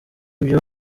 ibyo